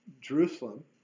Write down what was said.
Jerusalem